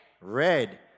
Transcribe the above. Red